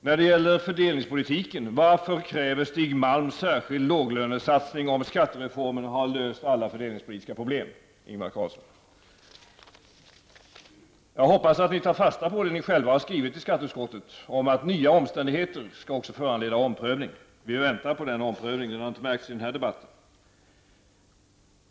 När det gäller fördelningspolitiken: Varför kräver Stig Malm särskild låglönesatsning om skattereformen har löst alla fördelningspolitiska problem, Ingvar Carlsson? Jag hoppas att ni tar fasta på det ni själva har skrivit i skatteutskottet om att nya omständigheter också skall föranleda omprövning. Vi väntar på den omprövningen, och den har inte märkts i den här debatten.